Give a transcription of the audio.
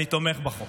אני תומך בחוק.